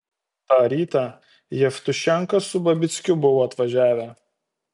tą rytą jevtušenka su babickiu buvo atvažiavę